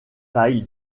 taille